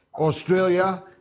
Australia